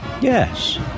Yes